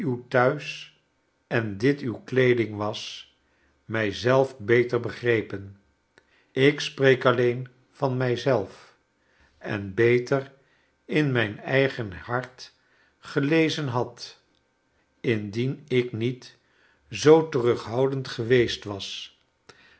thuis en dit uw kleeding was mij zelf beter begrepen ik spreek alleen van mij zelf en beter in mijn eigen hart gelezen had indien ik niet zoo terughoudend geweest was